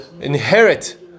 inherit